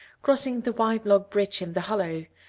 crossing the white log bridge in the hollow,